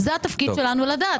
זה התפקיד שלנו לדעת.